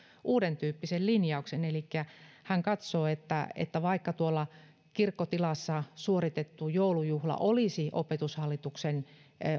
uudentyyppisen linjauksen elikkä hän katsoo että vaikka tuolla kirkkotilassa suoritettu joulujuhla olisi opetushallituksen